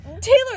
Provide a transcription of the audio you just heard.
Taylor